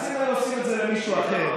אז אם היו עושים את זה למישהו אחר,